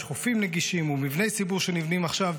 יש חופים נגישים ומבני ציבור שנבנים עכשיו,